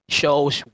shows